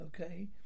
okay